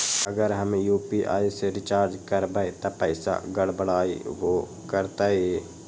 अगर हम यू.पी.आई से रिचार्ज करबै त पैसा गड़बड़ाई वो करतई?